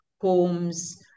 homes